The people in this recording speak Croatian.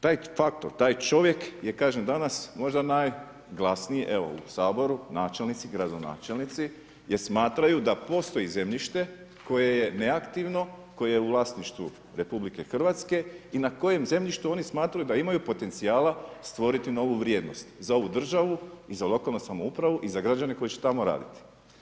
Taj faktor, taj čovjek je kažem danas možda najglasniji evo u Saboru načelnici, gradonačelnici jer smatraju da postoji zemljište koje je neaktivno, koje je u vlasništvu RH i na kojem zemljištu oni smatraju da imaju potencijala stvoriti novu vrijednost, za ovu državu i za lokalnu samoupravu i za građane koji će tamo raditi.